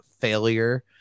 failure